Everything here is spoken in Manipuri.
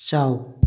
ꯆꯥꯎ